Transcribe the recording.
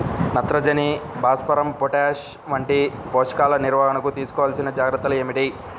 నత్రజని, భాస్వరం, పొటాష్ వంటి పోషకాల నిర్వహణకు తీసుకోవలసిన జాగ్రత్తలు ఏమిటీ?